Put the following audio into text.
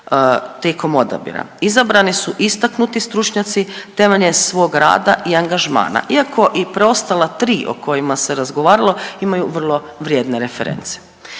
tijekom odabira. Izabrani su istaknuti stručnjaci temeljem svog rada i angažmana, iako i preostala tri o kojima se razgovaralo imaju vrlo vrijedne reference.